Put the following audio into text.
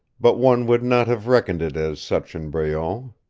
but one would not have reckoned it as such in breault.